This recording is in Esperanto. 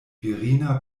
virina